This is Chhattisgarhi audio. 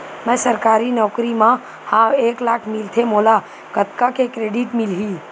मैं सरकारी नौकरी मा हाव एक लाख मिलथे मोला कतका के क्रेडिट मिलही?